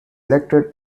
elected